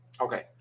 okay